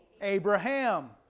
Abraham